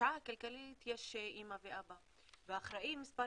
ולפשיעה הכלכלית יש אמא ואבא והאחראי מספר